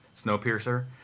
Snowpiercer